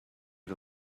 had